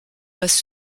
passe